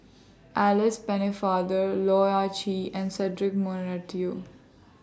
Alice Pennefather Loh Ah Chee and Cedric Monteiro